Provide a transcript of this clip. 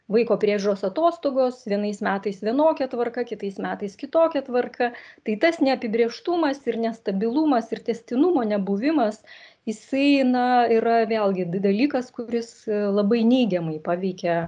vaiko priežiūros atostogos vienais metais vienokia tvarka kitais metais kitokia tvarka tai tas neapibrėžtumas ir nestabilumas ir tęstinumo nebuvimas jisai na yra vėlgi di dalykas kuris labai neigiamai paveikia